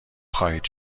خواهید